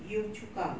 yio chu kang